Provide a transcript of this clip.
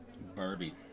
Barbie